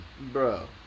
Bro